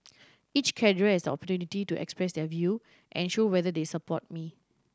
each cadre has opportunity to express their view and show whether they support me